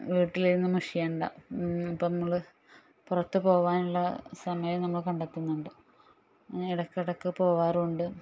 വീട്ടിലിരുന്ന് മുഷിയണ്ട ഇപ്പം നമ്മള് പുറത്തു പോകാനുള്ള സമയം നമ്മള് കണ്ടെത്തുന്നുണ്ട് ഇടയ്ക്ക് ഇടയ്ക്ക് പോകാറുമുണ്ട്